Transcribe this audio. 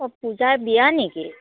পূজাৰ বিয়া নেকি